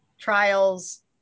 trials